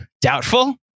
Doubtful